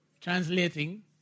Translating